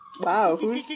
Wow